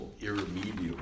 irremediable